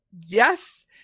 yes